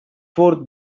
fourth